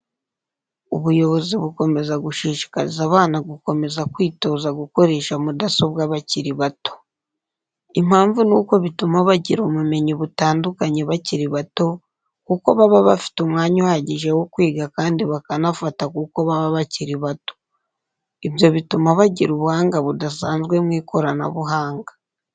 Ubuyobozi bukomeza gushishikariza abana gukomeza kwitoza gukoresha mudasobwa bakiri bato. Impamvu ni uko bituma bagira ubumenyi butandukanye bakiri bato kuko baba bafite umwanya uhagije wo kwiga kandi bakanafata kuko baba bakiri bato. Ibyo bituma bagira ubuhanga budasanzwe mu ikoranabuhanga.